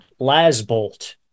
Lasbolt